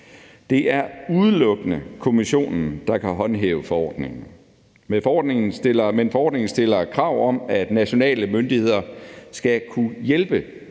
Det er udelukkende Kommissionen, der kan håndhæve forordningen. Men forordningen stiller krav om, at nationale myndigheder skal kunne hjælpe